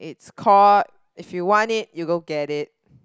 it's called if you want it you go get it